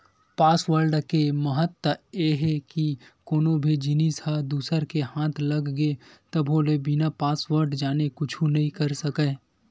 password के महत्ता ए हे के कोनो भी जिनिस ह दूसर के हाथ लग गे तभो ले बिना पासवर्ड जाने कुछु नइ कर सकय